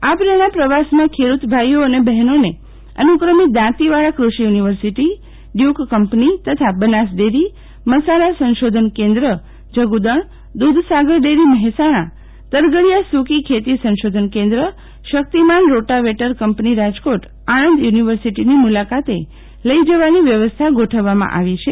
આ પ્રેરણા પ્રવાસમા ખેડુત ભાઇઓ અને બહેનો ને અનુક્રમે દાંતીવાડા ક્રષિ યુનીવર્સીટી ડ્યુક કમ્પની તથા બનાસ ડેરી મસાલા સંશોધન કેંદ્ર જગુદણ દુધસાગર ડેરી મહેસાણા તરઘડીયા સુકી ખેતી સંશોધન કેંદ્ર Shaktiman rotavator company Rajkot Anand university ની મુલાકાતે લઇ જવાની વ્યવસ્થા ગોઠવવામા આવી છે